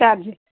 charge